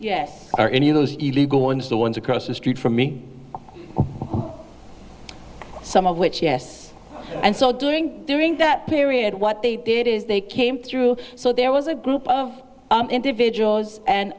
yes or any of those illegal ones the ones across the street from me some of which yes and so doing during that period what they did is they came through so there was a group of individuals and